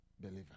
believer